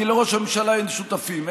כי לראש הממשלה אין שותפים.